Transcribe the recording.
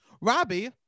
Robbie